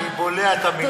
אני בולע את המילים.